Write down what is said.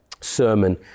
sermon